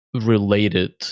related